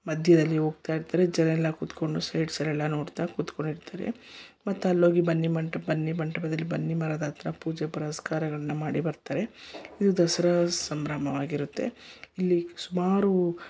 ಮಧ್ಯದಲ್ಲಿ ಹೋಗ್ತಾಯಿರ್ತಾರೆ ಜನರೆಲ್ಲ ಕೂತ್ಕೊಂಡು ಸೈಡ್ಸ್ ಎಲ್ಲ ನೋಡ್ತಾ ಕೂತ್ಕೊಂಡಿರ್ತಾರೆ ಮತ್ತು ಅಲ್ಲೋಗಿ ಬನ್ನಿ ಮಂಟಪ ಬನ್ನಿ ಮಂಟಪದಲ್ಲಿ ಬನ್ನಿ ಮರದ ಹತ್ರ ಪೂಜೆ ಪುರಸ್ಕಾರಗಳನ್ನು ಮಾಡಿ ಬರ್ತಾರೆ ಇವು ದಸರಾ ಸಂಭ್ರಮವಾಗಿರುತ್ತೆ ಇಲ್ಲಿ ಸುಮಾರು